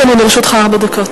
בבקשה, אדוני, לרשותך ארבע דקות.